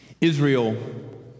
israel